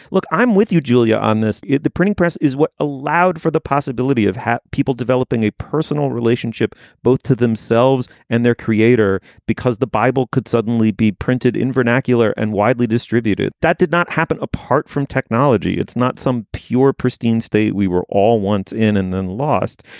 look, i'm with you, julia, on this. the printing press is what allowed for the possibility of people developing a personal relationship both to themselves and their creator, because the bible could suddenly be printed in vernacular and widely distributed. that did not happen. apart from technology, it's not some pure, pristine state. we were all once in and then lost.